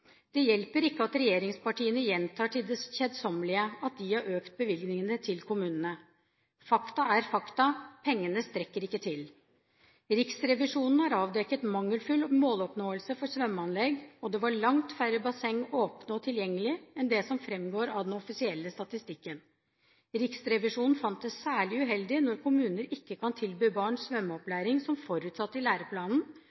Det hjelper ikke at regjeringspartiene gjentar til det kjedsommelige at de har økt bevilgningene til kommunene. Fakta er fakta: Pengene strekker ikke til. Riksrevisjonen har avdekket mangelfull måloppnåelse for svømmeanlegg, og det var langt færre basseng åpne og tilgjengelige enn det som framgår av den offisielle statistikken. Riksrevisjonen fant det særlig uheldig at kommuner ikke kan tilby barn